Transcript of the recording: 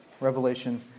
Revelation